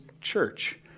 church